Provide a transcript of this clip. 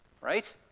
Right